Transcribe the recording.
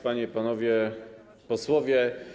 Panie i Panowie Posłowie!